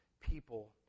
people